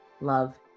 love